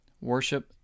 worship